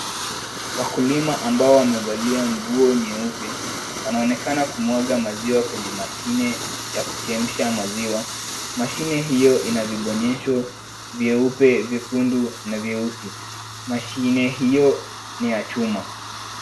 Wakulima ambao wamevalia nguo nyeupe wanaonekana kumwaga maziwa kwenye mashine ya kuchemsha maziwa. Mashine hiyo ina vibonyezo vyeupe, vyekundu na vyeusi. Mashine hiyo ni ya chuma.